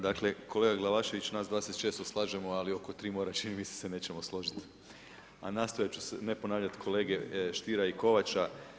Dakle kolega Glavašević, nas dva se često slažemo ali oko tri mora čini mi se nećemo složiti a nastojat ću ne ponavljam kolege Stiera i Kovača.